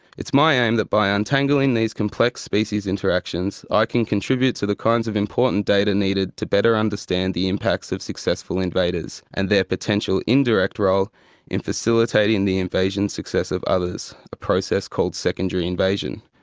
it's my aim that by untangling these complex species interactions i can contribute to the kinds of important data needed to better understand the impacts of successful invaders and their potential indirect role in facilitating the invasion success of others, a process called secondary invasion.